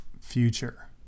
future